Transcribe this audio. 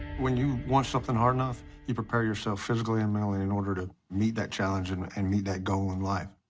when you want something hard enough, you prepare yourself physically and mentally in order to meet that challenge and and meet that goal in life.